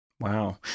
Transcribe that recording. Wow